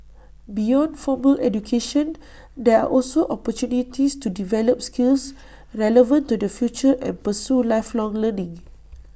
beyond formal education there are also opportunities to develop skills relevant to the future and pursue lifelong learning